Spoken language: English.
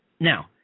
Now